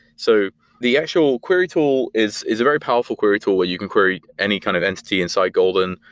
so the actual query tool is is a very powerful query tool where you can query any kind of entity inside golden.